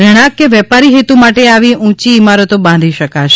રહેણાક કે વેપારી હેતુ માટે આવી ઊંચી ઈમારતો બાંધી શકાશે